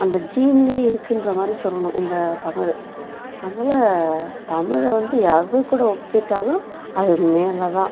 அந்த ஜீன்லயே இருக்குதுன்ற மாதிரி சொல்லணும் எங்கள் தமிழ் அதனால தமிழை வந்து எதுக்கூட ஒப்பிட்டாலும் அது மேலேதான்